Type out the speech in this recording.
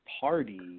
party